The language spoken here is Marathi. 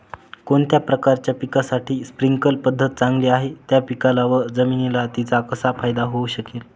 कोणत्या प्रकारच्या पिकासाठी स्प्रिंकल पद्धत चांगली आहे? त्या पिकाला व जमिनीला तिचा कसा फायदा होऊ शकेल?